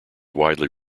widely